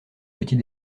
petit